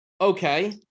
Okay